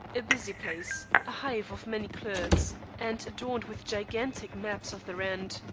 a busy place, a hive of many clerks, and adorned with gigantic maps of the rand,